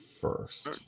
first